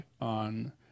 on